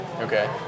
okay